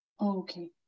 Okay